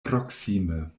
proksime